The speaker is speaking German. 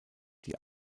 die